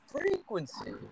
frequency